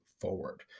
forward